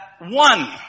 one